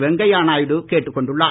வெங்கய்ய நாயுடு கேட்டுக் கொண்டுள்ளார்